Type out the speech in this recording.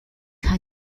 had